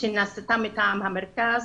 שנעשתה מטעם המרכז